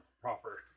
Proper